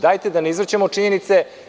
Dajete da ne izvrćemo činjenice.